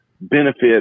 Benefit